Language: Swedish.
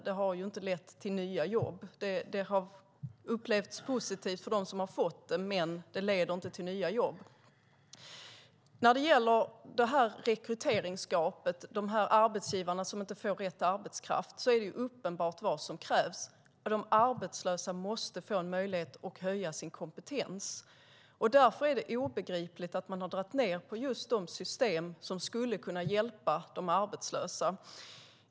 Det har inte lett till nya jobb. Det har upplevts positivt för dem som har fått det, men det leder inte till nya jobb. När det gäller rekryteringsgapet, arbetsgivarna som inte får rätt arbetskraft, är det uppenbart vad som krävs, att de arbetslösa måste få en möjlighet att höja sin kompetens. Därför är det obegripligt att man har dragit ned på just de system som skulle kunna hjälpa de arbetslösa.